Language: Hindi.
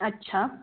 अच्छा